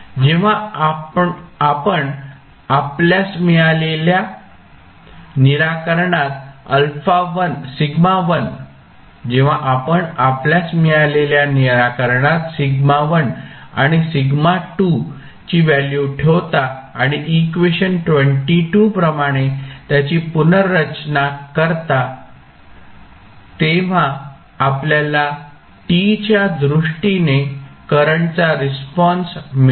जेव्हा आपण आपल्यास मिळालेल्या निराकरणात σ1 आणि σ2 ची व्हॅल्यू ठेवता आणि इक्वेशन प्रमाणे त्याची पुनर्रचना करता तेव्हा आपल्याला t च्या दृष्टीने करंटचा रिस्पॉन्स मिळेल